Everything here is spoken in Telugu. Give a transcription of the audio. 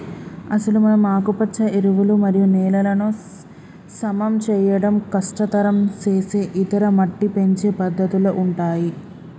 అసలు మనం ఆకుపచ్చ ఎరువులు మరియు నేలలను సమం చేయడం కష్టతరం సేసే ఇతర మట్టి పెంచే పద్దతుల ఉంటాయి